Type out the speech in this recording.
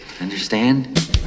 Understand